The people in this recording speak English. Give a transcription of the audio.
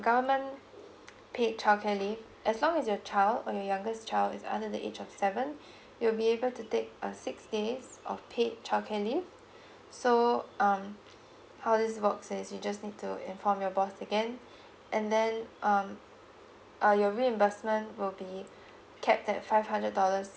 government paid childcare leave as long as your child or your youngest child is under the age of seven you will be able to take a six days of paid childcare leave so um how this works is you just need to inform your boss again and then um uh your reimbursement will be capped at five hundred dollars